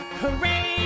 hooray